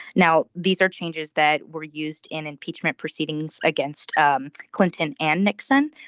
now these are changes that were used in impeachment proceedings against um clinton and nixon.